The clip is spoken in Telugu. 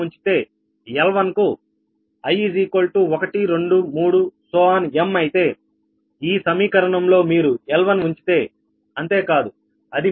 m అయితే ఈ సమీకరణంలో మీరు L1 ఉంచితే అంతే కాదు అది మీ L11